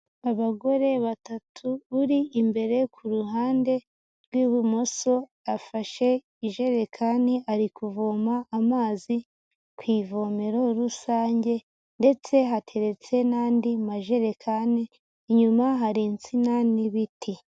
Abagore batatu uri imbere ku ruhande rw'ibumoso afashe ijerekani ari kuvoma amazi ku ivomero rusange ndetse hateretse n'andi majerekani inyuma hari insina n'ibiti.